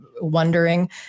wondering